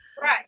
Right